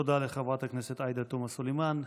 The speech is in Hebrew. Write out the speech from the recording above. תודה לחברת הכנסת עאידה תומא סלימאן.